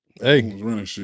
Hey